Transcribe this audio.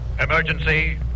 Emergency